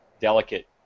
delicate